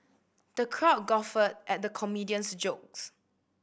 the crowd guffawed at the comedian's jokes